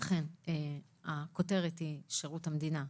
אכן, הכותרת היא שירות המדינה,